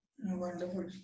Wonderful